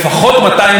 וזה אומר,